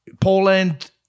Poland